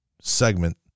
segment